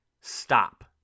stop